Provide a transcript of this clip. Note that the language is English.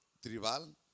Tribal